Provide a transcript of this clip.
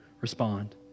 respond